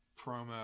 promo